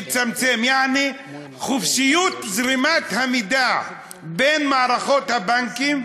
יעני, חופשיות זרימת המידע בין מערכות הבנקים,